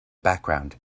background